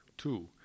Two